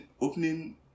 opening